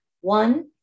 One